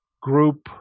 group